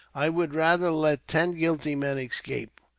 i would rather let ten guilty men escape,